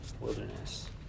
Wilderness